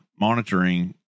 monitoring